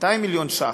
200 מיליון ש"ח,